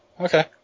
okay